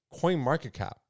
CoinMarketCap